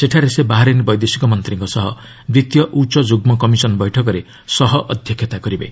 ସେଠାରେ ସେ ବାହାରିନ୍ ବୈଦେଶିକ ମନ୍ତ୍ରୀଙ୍କ ସହ ଦ୍ୱିତୀୟ ଉଚ୍ଚ ଯୁଗ୍ମ କମିଶନ୍ ବୈଠକରେ ସହଅଧ୍ୟକ୍ଷତା କରିବେ